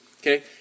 Okay